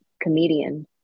comedian